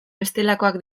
bestelakoak